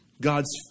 God's